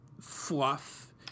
fluff